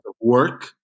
work